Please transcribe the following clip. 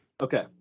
Okay